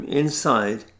inside